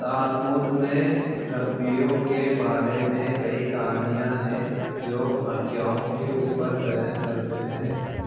Talmud में रब्बियों के बारे में कई कहानियाँ हैं जो आज्ञाओं के ऊपर बहस करते थे